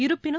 இருப்பினும்